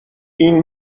این